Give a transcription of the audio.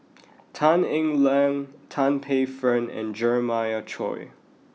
Tan Eng Liang Tan Paey Fern and Jeremiah Choy